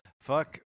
Fuck